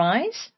Rise